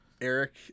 Eric